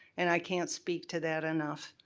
and i can't speak to that enough.